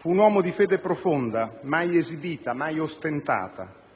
Fu un uomo di fede profonda, mai esibita, mai ostentata,